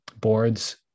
boards